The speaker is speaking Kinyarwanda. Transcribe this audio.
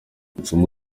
isomo